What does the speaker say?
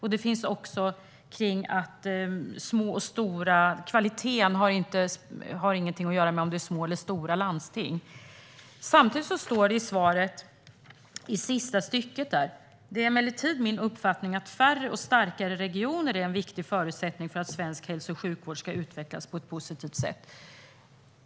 Han säger också att kvaliteten inte har något att göra med om det är stora eller små landsting. Samtidigt står det i sista stycket av svaret: "Det är emellertid min uppfattning att färre och starkare regioner är en viktig förutsättning för att svensk hälso och sjukvård ska utvecklas på ett positivt sätt."